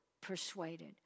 persuaded